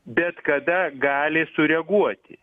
bet kada gali sureaguoti